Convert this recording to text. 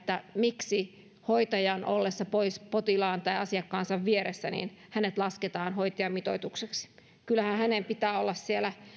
miksi hoitajan ollessa pois potilaan tai asiakkaansa viereltä hänet lasketaan hoitajamitoitukseksi kyllähän hänen pitää olla siellä